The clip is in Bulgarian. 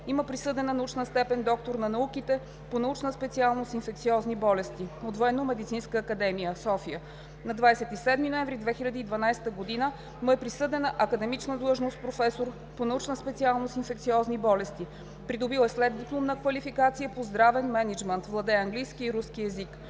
Има присъдена научна степен „Доктор на науките“ по научна специалност „Инфекциозни болести“ от Военномедицинска академия, София. На 27 ноември 2012 г. му е присъдена академичната длъжност „професор“ по научна специалност „Инфекциозни болести“. Придобил е следдипломна квалификация по „Здравен мениджмънт“. Владее английски и руски език.